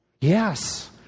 Yes